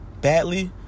badly